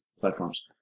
platforms